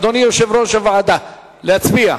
אדוני יושב-ראש הוועדה, להצביע?